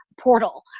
portal